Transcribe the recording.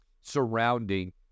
surrounding